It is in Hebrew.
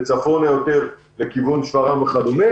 וצפונה יותר לכיוון שפרעם וכדומה.